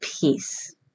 peace